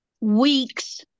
weeks